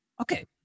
Okay